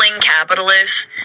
capitalists